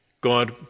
God